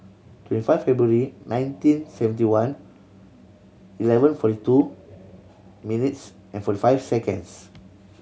twenty five February nineteen seventy one eleven forty two minutes and forty five seconds